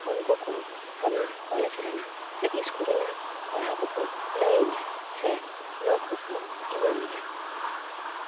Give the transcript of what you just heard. ᱩᱱᱠᱩ ᱠᱚ ᱠᱟᱱᱟ ᱠᱚᱞᱮᱡᱽ ᱨᱮᱱᱟᱜ ᱥᱮ ᱤᱥᱠᱩᱞ ᱨᱮᱱᱟᱜ ᱯᱟᱲᱦᱟᱣ ᱠᱚᱠᱚ ᱞᱟᱹᱭ ᱤᱧᱟ ᱥᱮ ᱱᱳᱴ ᱠᱚᱠᱚ ᱮᱢᱟ ᱤᱧᱟᱹ